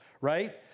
right